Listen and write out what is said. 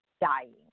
dying